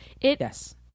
Yes